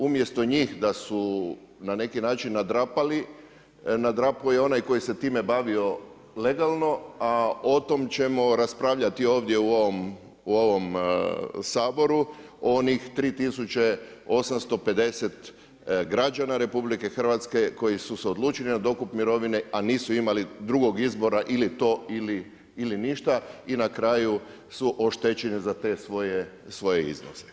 Umjesto njih da su na neki način nadrapali, nadrapao je onaj koji se time bavio legalno a o tom ćemo raspravljati ovdje u ovom Saboru, onih 3 tisuće 850 građana RH koji su se odlučili na dokup mirovine a nisu imali drugog izbora ili to ili ništa i na kraju su oštećeni za te svoje iznose.